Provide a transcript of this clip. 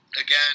Again